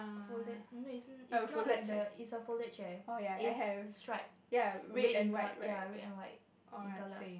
folded you know is is not like the is a folded chair is stripe red in col~ ya red and white in color